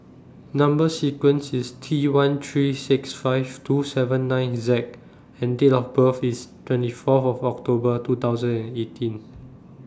Number sequence IS T one three six five two seven nine Z and Date of birth IS twenty Fourth of October two thousand and eighteen